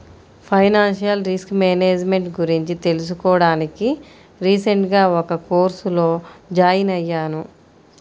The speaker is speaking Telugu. ఫైనాన్షియల్ రిస్క్ మేనేజ్ మెంట్ గురించి తెలుసుకోడానికి రీసెంట్ గా ఒక కోర్సులో జాయిన్ అయ్యాను